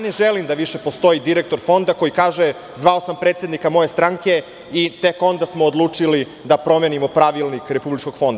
Ne želim da više postoji direktor fonda koji kaže – zvao sam predsednika moje stranke i tek onda smo odlučili da promenimo pravilnik Republičkog fonda.